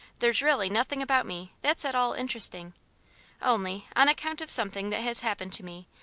there's really nothing about me that's at all interesting only, on account of something that has happened to me,